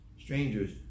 strangers